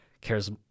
cares